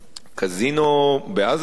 קזינו בעזה בנו?